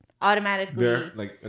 automatically